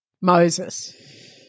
Moses